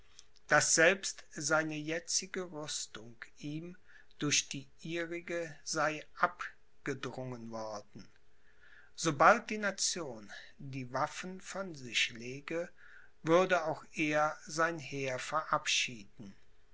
daß selbst seine jetzige rüstung ihm durch die ihrige sei abgedrungen worden sobald die nation die waffen von sich lege würde auch er sein heer verabschieden